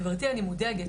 גברתי, אני מודאגת,